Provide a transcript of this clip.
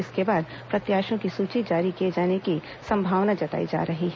इसके बाद प्रत्याशियों की सूची जारी किए जाने की संभावना जताई जा रही है